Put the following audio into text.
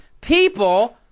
People